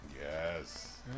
Yes